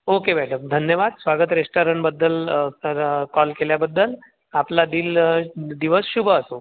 okay madam धन्यवाद स्वागत रेस्टॉरंटबद्दल तर कॉल केल्याबद्दल आपला दिल दिवस शुभ असो